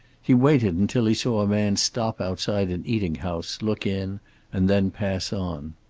he waited until he saw a man stop outside an eating-house look in and then pass on.